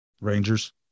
Rangers